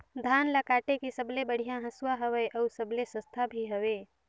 धान ल काटे के सबले बढ़िया हंसुवा हवये? अउ सबले सस्ता भी हवे?